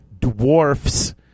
dwarfs